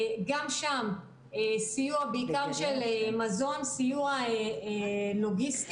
גם שם בעיקר סיוע של מזון, סיוע לוגיסטי.